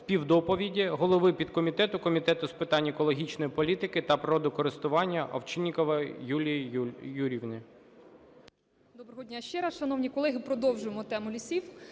співдоповіді голови підкомітету Комітету з питань екологічної політики та природокористування Овчинникової Юлії Юріївни.